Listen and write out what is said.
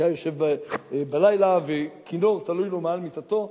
שהיה יושב בלילה וכינור תלוי לו מעל מיטתו,